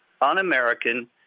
un-American